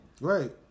Right